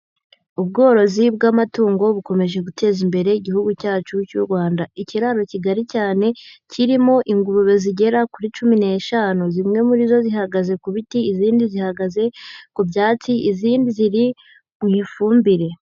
Ubworozi bw'amatungo bukomeje guteza imbere igihugu cyacu cy'u Rwanda. Ikiraro kigari cyane kirimo ingurube zigera kuri cumi n'eshanu. Zimwe muri zo zihagaze ku biti, izindi zihagaze ku byatsi, izindi ziri mu ifumbire.